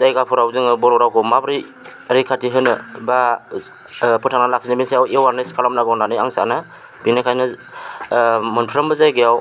जायगाफोराव जोङो बर' रावखौ माब्रै रैखाथि होनो बा फोथांनानै लाखिनो बेनि सायाव एवारनेस खालामनांगौ होन्नानै आं सानो बेनिखायनो मोनफ्रामबो जायगायाव